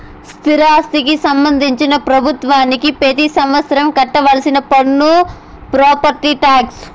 స్థిరాస్తికి సంబంధించి ప్రభుత్వానికి పెతి సంవత్సరం కట్టాల్సిన పన్ను ప్రాపర్టీ టాక్స్